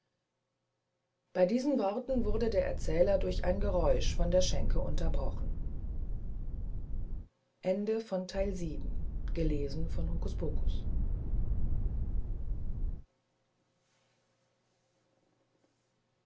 bei diesen worten wurde der erzähler durch ein geräusch vor der schenke unterbrochen